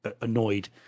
annoyed